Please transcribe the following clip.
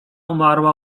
umarła